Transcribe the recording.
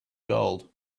gold